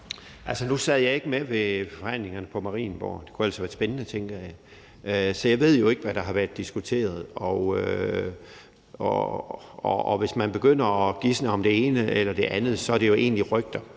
nu sad jeg ikke med ved forhandlingerne på Marienborg – det kunne ellers have været spændende, tænker jeg – så jeg ved jo ikke, hvad der har været diskuteret. Hvis man begynder at gisne om det ene eller det andet, er det jo egentlig på